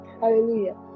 Hallelujah